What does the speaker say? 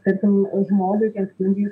tarkim žmogui kenksmingais